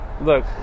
Look